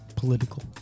political